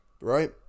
right